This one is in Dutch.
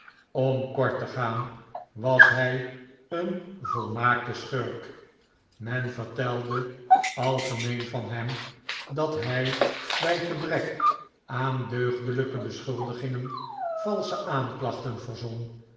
om kort te gaan was hij een volmaakte schurk men vertelde algemeen van hem dat hij bij gebrek aan deugdelijkebeschuldigingen valsche aanklachten verzon en